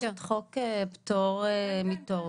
יש חוק פטור מתור